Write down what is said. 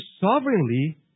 sovereignly